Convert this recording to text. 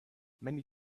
many